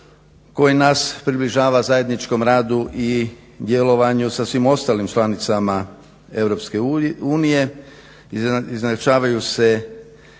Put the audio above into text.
koji nas približava zajedničkom radu i djelovanju sa svim ostalim članicama Europske unije.